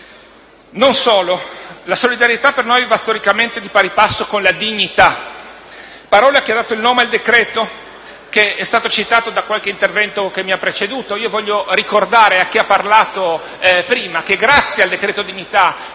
Non solo, la solidarietà per noi va storicamente di pari passo con la dignità; parola che ha dato il nome al decreto-legge, citato da qualche intervento che mi ha preceduto. Io desidero ricordare a chi ha parlato prima che grazie al decreto dignità